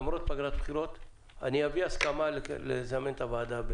למרות פגרת הבחירות אביא הסכמה לזמן את הוועדה.